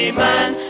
man